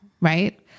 Right